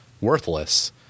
worthless